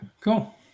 cool